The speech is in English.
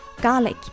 garlic